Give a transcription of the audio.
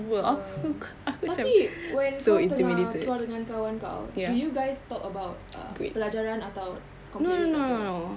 oh tapi when kau tengah keluar dengan kawan kau do you guys talk about pelajaran atau completely like no